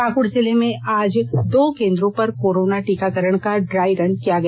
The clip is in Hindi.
पाकृड़ जिले में आज दो केंद्रो पर कोरोना टीकाकरण का ड्राइ रन किया गया